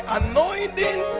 anointing